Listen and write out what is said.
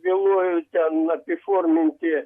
vėluoju ten apiforminti